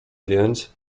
więc